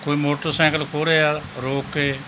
ਕੋਈ ਮੋਟਰਸਾਈਕਲ ਖੋਹ ਰਿਹਾ ਰੋਕ ਕੇ